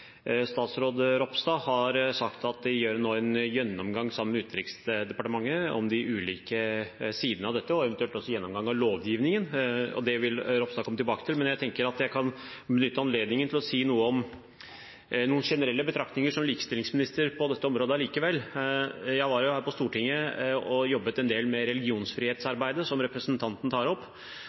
de nå tar en gjennomgang sammen med Utenriksdepartementet av de ulike sidene av dette, og eventuelt også en gjennomgang av lovgivningen. Det vil Ropstad komme tilbake til, men jeg tenker at jeg allikevel kan benytte anledningen til å komme med noen generelle betraktninger som likestillingsminister på dette området. Jeg var jo her på Stortinget og jobbet en del med religionsfrihetsarbeidet, som representanten tar opp.